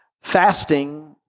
fasting